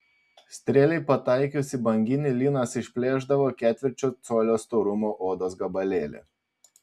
strėlei pataikius į banginį lynas išplėšdavo ketvirčio colio storumo odos gabalėlį